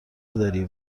داری